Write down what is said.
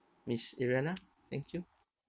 miss adriana thank you